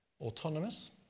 Autonomous